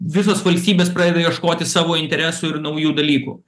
visos valstybės pradeda ieškoti savo interesų ir naujų dalykų